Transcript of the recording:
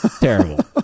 Terrible